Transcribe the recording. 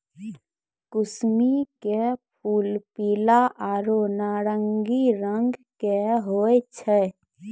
कुसमी के फूल पीला आरो नारंगी रंग के होय छै